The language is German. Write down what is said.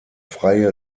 freie